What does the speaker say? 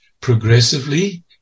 progressively